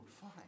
fine